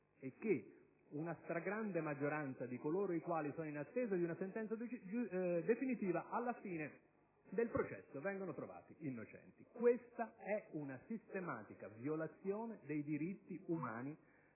che una stragrande maggioranza di coloro che sono in attesa di una sentenza definitiva alla fine del processo viene riconosciuta innocente. Questa è una sistematica violazione dei diritti umani,